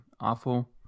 awful